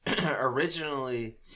originally